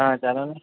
હા ચાલોને